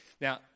Now